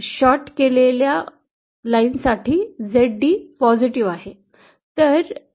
short केलेल्या ओळी साठी Zd सकारात्मक आहे